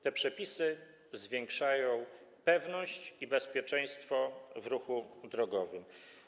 Te przepisy zwiększają pewność i bezpieczeństwo w ruchu drogowym.